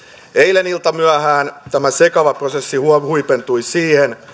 iltamyöhään tämä sekava prosessi huipentui siihen